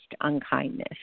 unkindness